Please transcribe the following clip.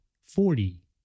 forty